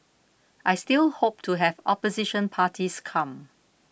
I still hope to have opposition parties come